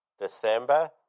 December